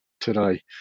today